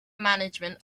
management